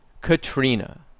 Katrina